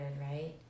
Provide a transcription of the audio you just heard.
right